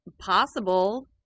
possible